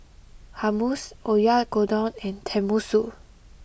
Hummus Oyakodon and Tenmusu